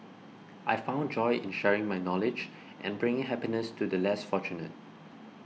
I found joy in sharing my knowledge and bringing happiness to the less fortunate